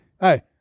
Hey